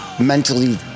mentally